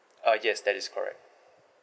uh yes that is correct